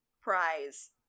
prize